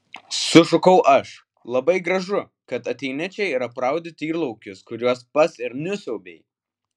sušukau aš labai gražu kad ateini čia ir apraudi tyrlaukius kuriuos pats ir nusiaubei